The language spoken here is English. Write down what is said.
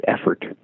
effort